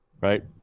right